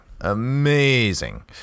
Amazing